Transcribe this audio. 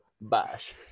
bash